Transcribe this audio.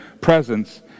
presence